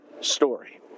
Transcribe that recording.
story